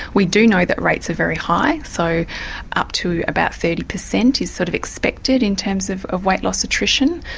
we do know that rates are very high, so up to about thirty per cent is sort of expected in terms of of weight loss attrition.